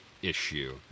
issue